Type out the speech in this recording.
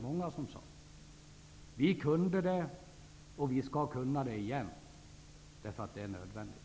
Men vi kunde göra det, och vi skall kunna göra det igen, därför att det är nödvändigt.